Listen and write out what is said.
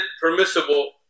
permissible